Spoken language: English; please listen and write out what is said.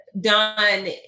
done